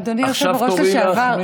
אדוני היושב-ראש לשעבר,